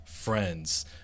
Friends